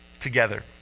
together